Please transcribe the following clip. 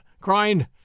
crying